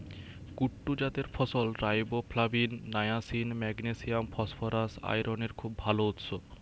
কুট্টু জাতের ফসল riboflavin, niacin, magnesium, phosphorus, আয়রনের খুব ভাল উৎস